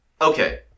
Okay